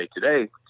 Today